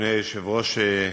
אדוני היושב-ראש,